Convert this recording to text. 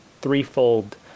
threefold